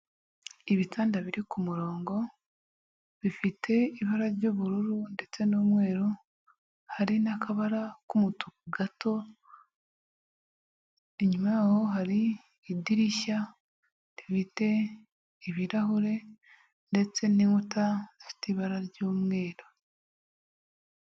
Ibitanda biri ku murongo bifite ibara ry'ubururu ndetse n'umweru, hari n'akabara k'umutuku gato, inyuma yaho hari idirishya rifite ibirahure ndetse n'inkuta zifite ibara ry'umweru.